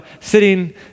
sitting